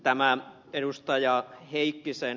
heikkisen ja ed